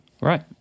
Right